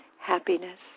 happiness